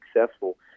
successful